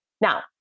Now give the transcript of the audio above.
Now